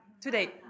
Today